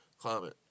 climate